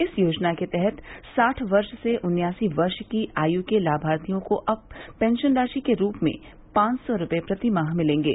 इस योजना के तहत साठ वर्ष से उन्यासी वर्ष की आयु के लाभार्थियों को अब पेंगन राशि के रूप में पांच सौ रूपये प्रतिमाह मिलेंगे